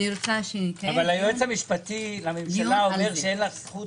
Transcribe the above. אבל היועץ המשפטי לממשלה אומר שאין לך זכות